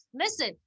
listen